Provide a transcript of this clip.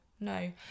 no